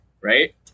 right